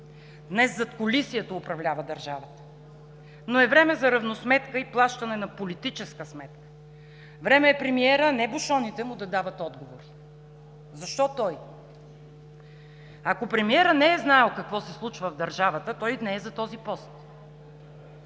Днес задкулисието управлява държавата, но е време за равносметка и плащане на политическа сметка. Време е премиерът, а не бушоните му, да дават отговори. Защо той? Ако премиерът не е знаел какво се случва в държавата, той не е за този пост.